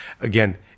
again